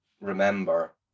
remember